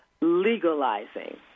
legalizing